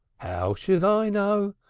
how should i know?